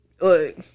Look